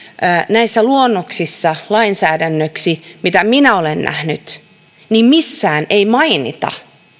niissä luonnoksissa lainsäädännöksi mitä minä olen nähnyt missään ei mainita